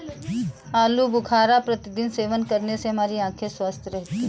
आलू बुखारा का प्रतिदिन सेवन करने से हमारी आंखें स्वस्थ रहती है